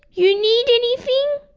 you need anything?